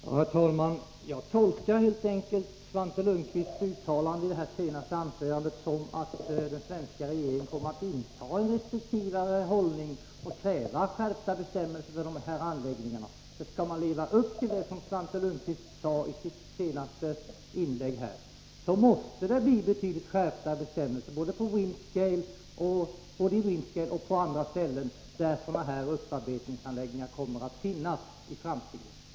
Herr talman! Jag tolkar helt enkelt Svante Lundkvists uttalande i det senaste anförandet så, att den svenska regeringen kommer att inta en restriktivare hållning och kräva skärpta bestämmelser för de här anläggningarna. Skall man leva upp till det som Svante Lundkvist skisserade i sitt senaste inlägg, måste det bli betydligt strängare bestämmelser både i Windscale och på andra ställen där sådana här upparbetningsanläggningar kommer att finnas i framtiden.